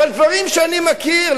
אבל דברים שאני מכיר,